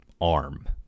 arm